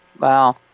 Wow